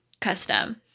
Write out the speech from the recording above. custom